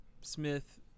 Smith